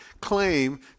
claim